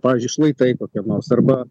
pavyzdžiui šlaitai kokie nors arba